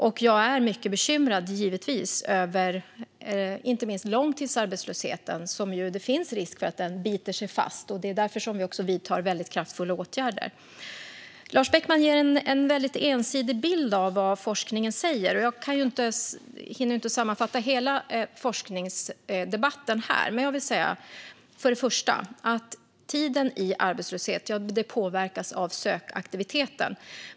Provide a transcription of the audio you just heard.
Jag är givetvis mycket bekymrad över inte minst långtidsarbetslösheten. Det finns risk för att den biter sig fast. Det är också därför som vi vidtar väldigt kraftfulla åtgärder. Lars Beckman ger en väldigt ensidig bild av vad forskningen säger. Jag hinner inte här sammanfatta hela forskningsdebatten, men jag kan säga några saker. För det första påverkas tiden i arbetslöshet av sökaktiviteten.